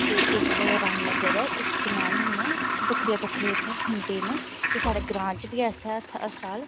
ते इक रामनगर ऐ इक चनैनी ऐ बक्खरे बक्खरे इ'त्थें हिंडे न ते साढ़े ग्रांऽ च बी ऐ इ'त्थें अस्ताल